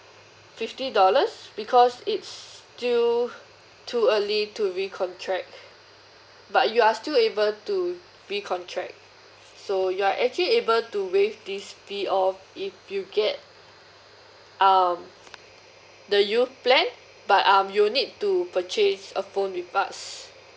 fifty dollars because it's still too early to recontract but you are still able to recontract so you are actually able to waive this fee off if you get um the youth plan but um you'll need to purchase a phone with us